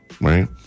right